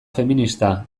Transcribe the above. feminista